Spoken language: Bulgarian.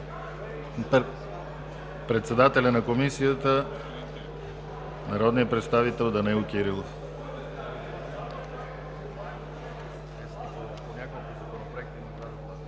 Председателят на Комисията – народният представител Данаил Кирилов.